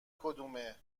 کدومه